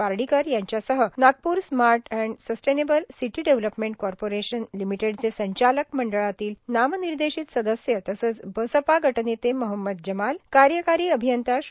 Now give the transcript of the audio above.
पार्डीकर यांच्यासह Nagpur smart and sustainable city development corporation limited चे संचालक मंडळातील नामनिर्देशित सदस्य तसंच बसपा गटनेते मोहम्मद जमाल कार्यकारी अभियंता श्री